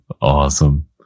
Awesome